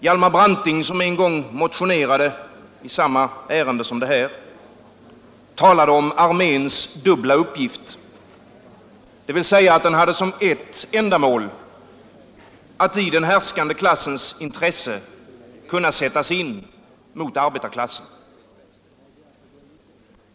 Hjalmar Branting, som en gång motionerade i samma ärende som detta, talade om arméns dubbla uppgift, dvs. att den hade som ett ändamål att i den härskande klassens intresse kunna sättas in mot arbetarklassen.